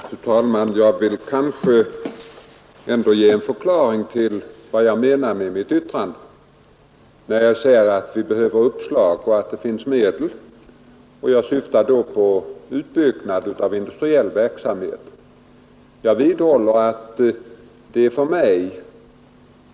Fru talman! Jag vill gärna ge en förklaring till vad jag menar med mitt yttrande att vi behöver uppslag och att det finns medel. Då syftar jag på utbyggnad av industriell verksamhet.